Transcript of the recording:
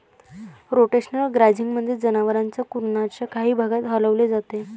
rotational ग्राझिंगमध्ये, जनावरांना कुरणाच्या काही भागात हलवले जाते